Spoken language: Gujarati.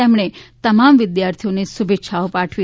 તેમણે તમામ વિદ્યાર્થીઓને શુભેચ્છા પાઠવી